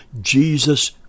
Jesus